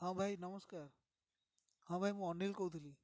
ହଁ ଭାଇ ନମସ୍କାର ହଁ ଭାଇ ମୁଁ ଅନିଲ୍ କହୁଥିଲି